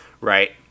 Right